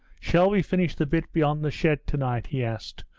shall we finish the bit beyond the shed to-night he asked,